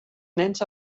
nens